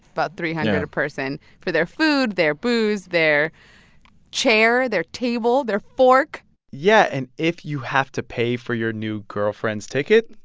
about three hundred dollars a person for their food, their booze, their chair, their table, their fork yeah. and if you have to pay for your new girlfriend's ticket,